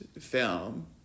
film